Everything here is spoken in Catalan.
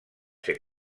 ser